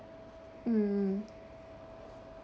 mm